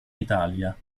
italia